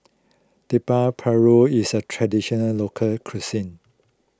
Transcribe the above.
Paru is a Traditional Local Cuisine